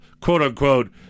quote-unquote